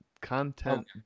content